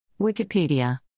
Wikipedia